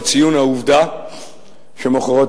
בציון העובדה שמחרתיים,